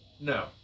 no